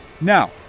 Now